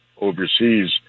overseas